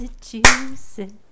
Massachusetts